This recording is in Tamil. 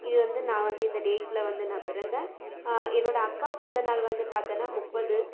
இது வந்து நான் வந்து இந்த டேட்டில் வந்து நான் பிறந்தேன் என்னோடய அக்கா பிறந்தநாள் வந்து பாத்தோனா முப்பது